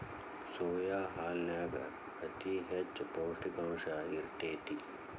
soya ಹಾಲನ್ಯಾಗ ಅತಿ ಹೆಚ್ಚ ಪೌಷ್ಟಿಕಾಂಶ ಇರ್ತೇತಿ